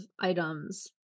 items